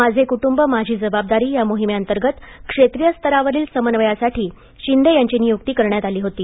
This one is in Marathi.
माझे कुटुंब माझी जबाबदारी या मोहिमेअंतर्गत क्षेत्रिय स्तरावरील समन्वयासाठी शिंदे यांची नियुक्ती करण्यात आली होती